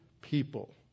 people